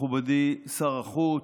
מכובדי שר החוץ,